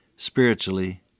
spiritually